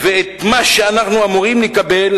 ואת מה שאנחנו אמורים לקבל,